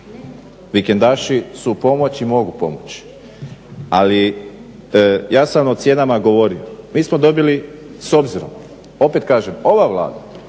Vikendaši su pomoć i mogu pomoći. Ali ja sam o cijenama govorio. Mi smo dobili, s obzirom opet kažem, ova Vlada